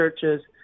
churches